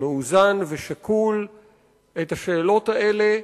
מאוזן ושקול את השאלות האלה,